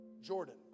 jordan